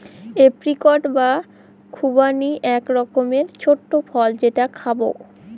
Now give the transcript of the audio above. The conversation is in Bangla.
এপ্রিকট বা খুবানি এক রকমের ছোট্ট ফল যেটা খাবো